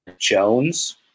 Jones